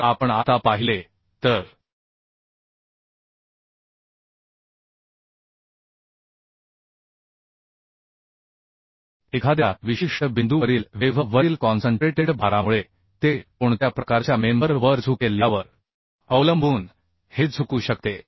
जर आपण आता पाहिले तर एखाद्या विशिष्ट बिंदूवरील वेव्ह वरील कॉन्सन्ट्रेटेड भारामुळे ते कोणत्या प्रकारच्या मेंबर वर झुकेल यावर अवलंबून हे झुकू शकते